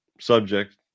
subject